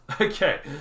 Okay